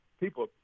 people